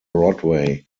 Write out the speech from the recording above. broadway